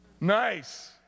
Nice